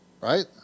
right